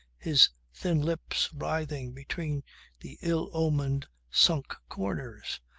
his thin lips writhing between the ill-omened sunk corners.